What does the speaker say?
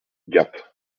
gap